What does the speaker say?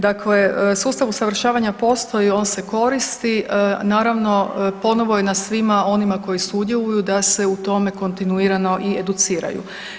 Dakle, sustav usavršavanja postoji on se koristi, naravno ponovno je na svima onima koji sudjeluju da se u tome kontinuirano i educiraju.